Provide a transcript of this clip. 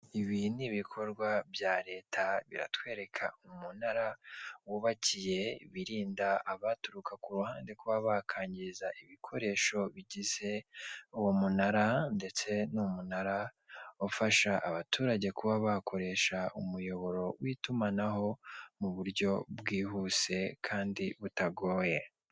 Ibi ni ibikorwa bya leta biratwereka umunara wubakiye birinda abaturuka ku ruhande, kuba bakangiza ibikoresho bigize uwo munara ndetse n'umunara ufasha abaturage kuba bakoresha umuyoboro w'itumanaho mu buryo bwihuse kandi butagoye.